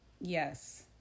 Yes